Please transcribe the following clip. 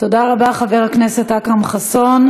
תודה רבה, חבר הכנסת אכרם חסון.